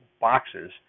boxes